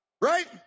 right